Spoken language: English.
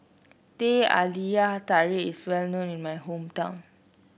Teh Halia Tarik is well known in my hometown